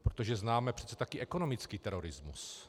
Protože známe přece taky ekonomický terorismus.